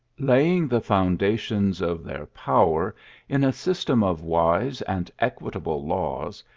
laying the foundations of their power in a system of wise and equitable laws,